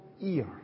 ear